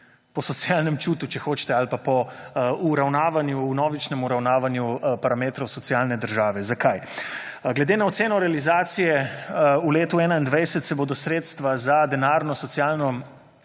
po socialnem čutu, če hočete, ali pa po uravnavanju, vnovičnem uravnavanju parametrov socialne države. Zakaj? Glede na oceno realizacije v letu 2021 se bodo sredstva za denarno socialno